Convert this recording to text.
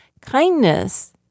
Kindness